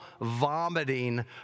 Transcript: vomiting